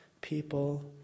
people